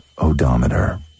odometer